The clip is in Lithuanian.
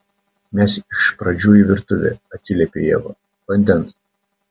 mes iš pradžių į virtuvę atsiliepia ieva vandens